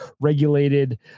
regulated